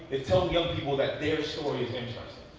it tells young people that their story's interesting.